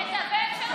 את הבן שלך,